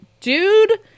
dude